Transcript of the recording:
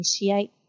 initiate